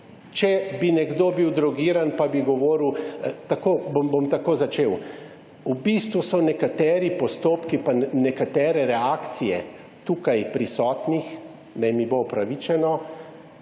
Če bi nekdo bil drogiran in bi govoril, bom tako začel, v bistvu so nekateri postopki in nekatere reakcije tukaj prisotnih, naj mi bo opravičeno,